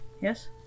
Yes